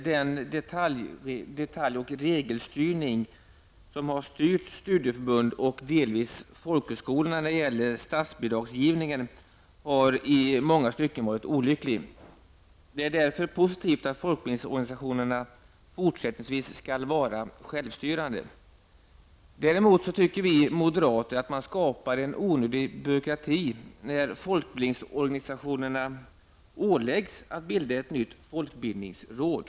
Herr talman! Den detalj och regelstyrning vid statsbidragsgivningen som styrt studieförbund och delvis också folkhögskolor har i många stycken varit olycklig. Det är därför positivt att folkbildningsorganisationerna fortsättningsvis skall vara självstyrande. Däremot tycker vi moderater att man skapar en onödig byråkrati när folkbildningsorganisationerna åläggs att bilda ett nytt folkbildningsråd.